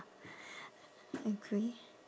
agree